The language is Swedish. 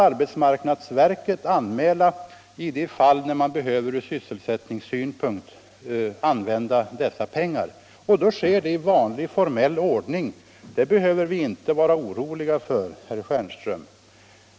Arbetsmarknadsverket får anmäla när dessa pengar behövs av sysselsättningsskäl. Det sker i vanlig formell ordning, och det behöver vi inte vara oroliga för, herr Stjernström.